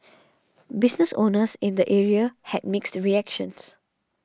business owners in the area had mixed reactions